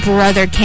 Brother